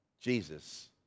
Jesus